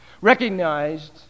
recognized